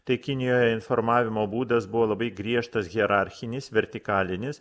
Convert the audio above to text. tai kinijoje informavimo būdas buvo labai griežtas hierarchinis vertikalinis